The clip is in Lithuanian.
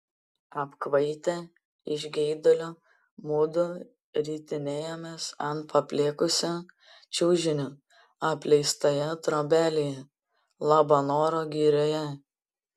apkvaitę iš geidulio mudu ritinėjomės ant paplėkusio čiužinio apleistoje trobelėje labanoro girioje